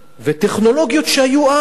וטכנולוגיות שהיו אז,